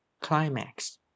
Climax